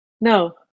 No